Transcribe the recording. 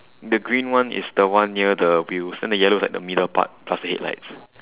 the green one is the one near the wheels then the yellow is like the middle part plus the headlights